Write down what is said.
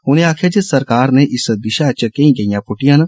उनें आक्खेआ जे सरकार ने इस दिषा च केई गेइयां पुटियां न